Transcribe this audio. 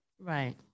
Right